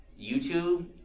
YouTube